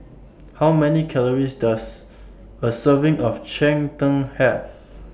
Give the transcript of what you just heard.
How Many Calories Does A Serving of Cheng Tng Have